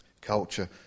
Culture